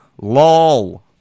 LOL